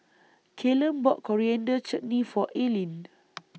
Callum bought Coriander Chutney For Ailene